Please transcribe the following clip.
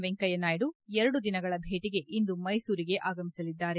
ವೆಂಕಯ್ನಾಯ್ದು ಎರಡು ದಿನಗಳ ಭೇಟಿಗೆ ಇಂದು ಮೈಸೂರಿಗೆ ಆಗಮಿಸಲಿದ್ದಾರೆ